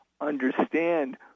understand